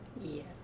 Yes